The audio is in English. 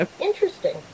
Interesting